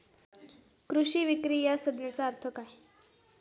कृषी विक्री या संज्ञेचा अर्थ काय?